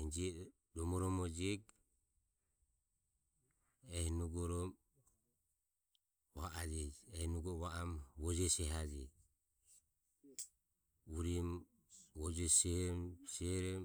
enjeg romoromo jiogo ehi nugorom vajeji ehi nugom vaom oje sehaje urim oje sehom, sehorom.